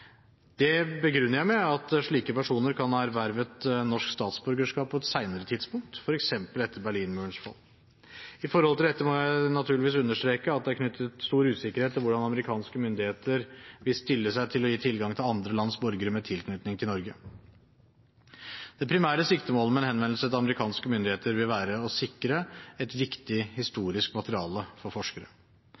Dette begrunner jeg med at slike personer kan ha ervervet norsk statsborgerskap på et senere tidspunkt, f.eks. etter Berlinmurens fall. Når det gjelder dette, må jeg naturligvis understreke at det er knyttet stor usikkerhet til hvordan amerikanske myndigheter vil stille seg til å gi tilgang til andre lands borgere med tilknytning til Norge. Det primære siktemålet med en henvendelse til amerikanske myndigheter vil være å sikre et viktig historisk materiale for forskere.